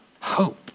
hope